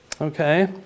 Okay